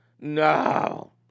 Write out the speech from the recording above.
No